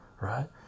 right